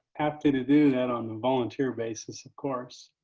happy to do that on a volunteer basis, of course.